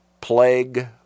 plague